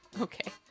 Okay